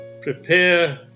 Prepare